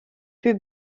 plus